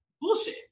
bullshit